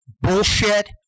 bullshit